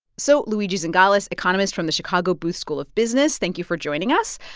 so luigi zingales, economist from the chicago booth school of business, thank you for joining us.